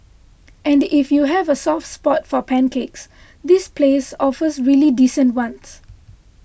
and if you have a soft spot for pancakes this place offers really decent ones